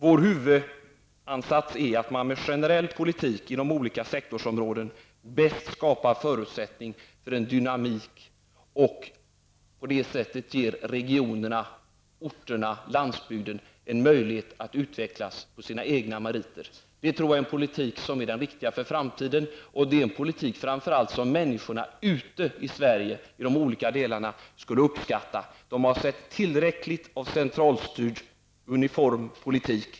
Vår huvudansats är att man med en generell politik på olika sektorsområden skapar de bästa förutsättningarna för en dynamik och på det sättet ger landsbygden, regionerna, en möjlighet att utvecklas på sina egna meriter. Vi tror att det är den politiken som är den riktiga för framtiden. Det är framför allt en politik som människorna i de olika delarna av landet skulle uppskatta. De har sett tillräckligt av centralstyrd uniform politik.